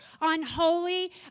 Unholy